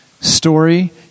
story